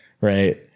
Right